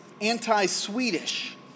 anti-Swedish